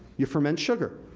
you ferment sugar.